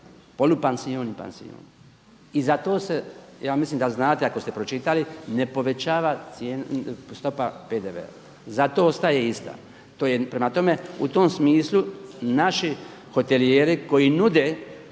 polupansion i pansion. I zato se ja mislim da znate ako ste pročitali ne povećava stopa PDV-a, zato ostaje ista. To je prema tome u tom smislu naši hotelijeri koji nude